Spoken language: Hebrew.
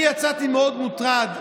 אני יצאתי מאוד מוטרד.